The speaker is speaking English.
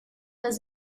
does